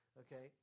okay